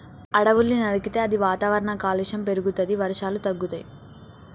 అడవుల్ని నరికితే అది వాతావరణ కాలుష్యం పెరుగుతది, వర్షాలు తగ్గుతయి